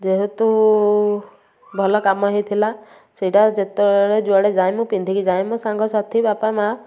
ଯେହେତୁ ଭଲ କାମ ହେଇଥିଲା ସେଇଟା ଯେତେବେଳେ ଯୁଆଡ଼େ ଯାଏଁ ମୁଁ ପିନ୍ଧିକି ଯାଏଁ ମୋ ସାଙ୍ଗସାଥି ବାପା ମାଁ